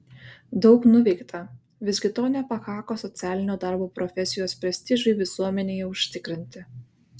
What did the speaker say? daug nuveikta visgi to nepakako socialinio darbo profesijos prestižui visuomenėje užtikrinti